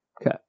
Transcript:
Okay